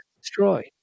destroyed